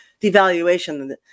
devaluation